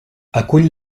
acull